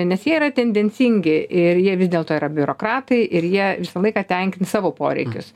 nes jie yra tendencingi ir jie vis dėlto yra biurokratai ir jie visą laiką tenkins savo poreikius